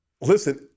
listen